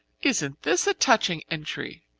isn't this a touching entry?